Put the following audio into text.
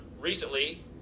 recently